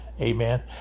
Amen